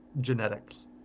genetics